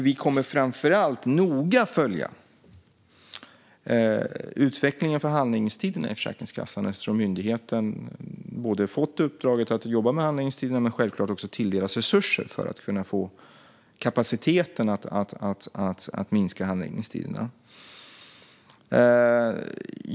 Vi kommer framför allt att noga följa utvecklingen för handläggningstiderna inom Försäkringskassan eftersom myndigheten har fått uppdraget att jobba med handläggningstiderna och självfallet också har tilldelats resurser för att kunna få kapacitet att minska handläggningstiderna.